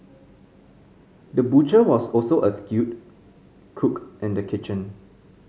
the butcher was also a skilled cook in the kitchen